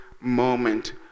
moment